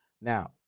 Now